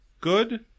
good